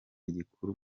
gikuru